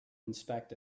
inspect